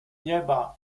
nieba